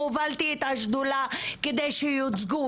והובלתי את השדולה כדי שייוצגו,